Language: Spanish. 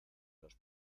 los